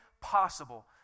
possible